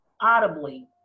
audibly